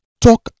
Talk